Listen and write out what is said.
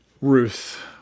Ruth